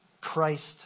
Christ